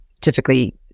typically